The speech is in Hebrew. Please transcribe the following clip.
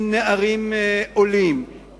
עם נערים עולים,